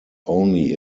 only